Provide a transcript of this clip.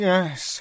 Yes